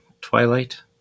Twilight